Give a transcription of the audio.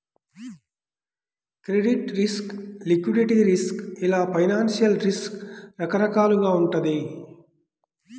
credit risk, liquidity risk ఇలా financial risk రకరకాలుగా వుంటది